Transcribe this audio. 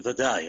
בוודאי.